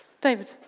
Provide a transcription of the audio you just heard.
David